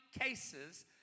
cases